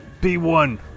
B1